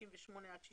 58 עד 60